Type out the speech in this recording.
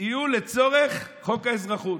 יהיו לצורך חוק האזרחות.